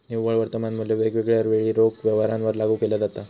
निव्वळ वर्तमान मुल्य वेगवेगळ्या वेळी रोख व्यवहारांवर लागू केला जाता